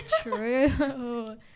True